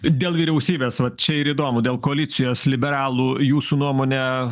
dėl vyriausybės vat čia ir įdomu dėl koalicijos liberalų jūsų nuomone